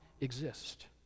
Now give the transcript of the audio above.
exist